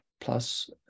plus